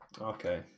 Okay